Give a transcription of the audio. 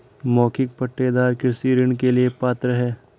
मौखिक पट्टेदार कृषि ऋण के लिए पात्र हैं